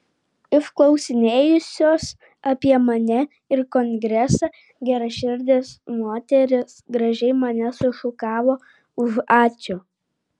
išklausinėjusios apie mane ir kongresą geraširdės moterys gražiai mane sušukavo už ačiū